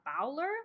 Bowler